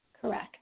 Correct